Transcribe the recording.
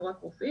לא רק רופאים,